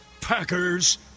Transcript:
Packers